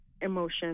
emotion